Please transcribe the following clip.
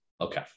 Okay